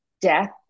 death